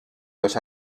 los